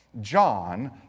John